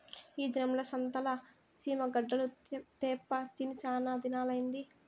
ఈ దినం సంతల సీమ గడ్డలు తేప్పా తిని సానాదినాలైనాది